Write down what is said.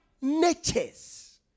natures